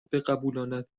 بقبولاند